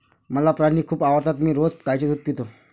मला प्राणी खूप आवडतात मी रोज गाईचे दूध पितो